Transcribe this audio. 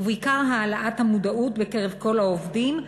ובעיקר העלאת המודעות בקרב כל העובדים,